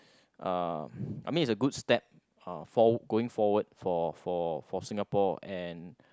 uh I mean it's a good step uh for going forward for for for Singapore and